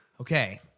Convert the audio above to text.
Okay